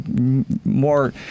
more